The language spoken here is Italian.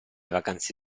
vacanze